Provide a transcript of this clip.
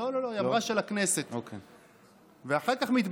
לא לא לא, היא אמרה של הכנסת.